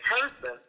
person